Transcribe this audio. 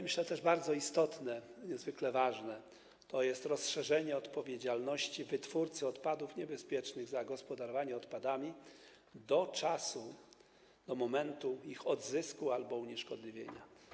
Myślę też, że bardzo istotne, niezwykle ważne jest to rozszerzenie odpowiedzialności wytwórcy odpadów niebezpiecznych za gospodarowanie odpadami do czasu, do momentu ich odzysku albo unieszkodliwienia.